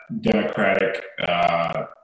Democratic